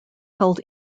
held